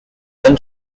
then